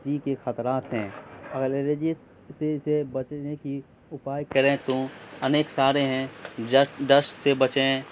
الر جی کے خطرات ہیں اگر الرجی سے بچنے کی اپائے کریں تو انیک سارے جسٹ ڈسٹ سے بچیں